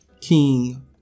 king